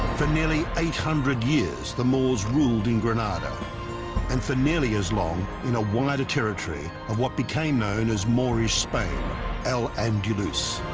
for nearly eight hundred years the moors ruled in granada and for nearly as long in a wider territory of what became known as moorish spain al andalus